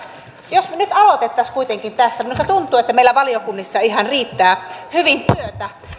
jos me nyt aloittaisimme kuitenkin tästä minusta tuntuu että meillä valiokunnissa ihan riittää hyvin työtä